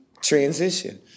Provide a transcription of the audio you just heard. transition